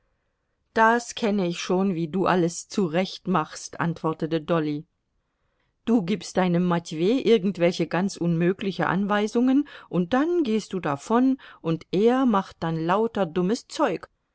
das kenne ich schon wie du alles zurechtmachst antwortete dolly du gibst deinem matwei irgendwelche ganz unmögliche anweisungen und dann gehst du davon und er macht dann lauter dummes zeug